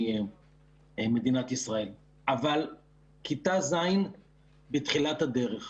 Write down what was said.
מדינת ישראל אבל כיתה ז' בתחילת הדרך,